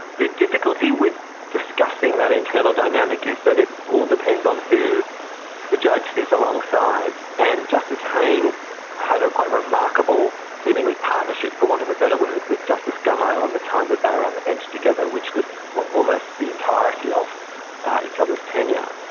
the difficulty with discussing that internal dynamic is that it all depends on who the judge is alongside. and justice hayne had a quite remarkable seemingly partnership, for want of a better world, with justice gummow on the time that they were on the bench together, which was almost the entirety of each other's tenure.